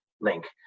link